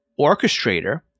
orchestrator